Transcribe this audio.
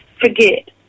forget